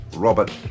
Robert